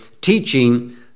teaching